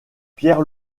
pierre